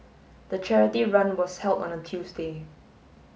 the charity run was held on a Tuesday